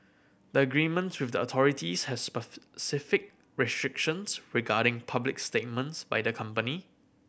the agreements with the authorities has specific restrictions regarding public statements by the company